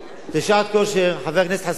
חבר הכנסת חסון,